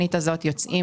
יוצאים